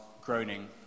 groaning